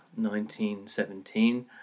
1917